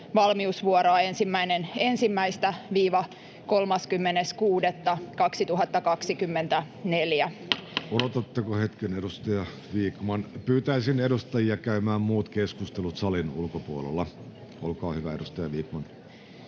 Time: 12:37 Content: Odotatteko hetken, edustaja Vikman. — Pyytäisin edustajia käymään muut keskustelut salin ulkopuolella. — Olkaa hyvä, edustaja Vikman.